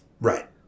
right